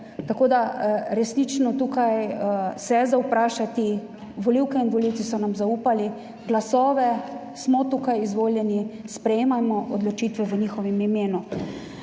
resnično, tukaj se je za vprašati, volivke in volivci so nam zaupali glasove, smo tukaj izvoljeni, sprejemamo odločitve v njihovem imenu.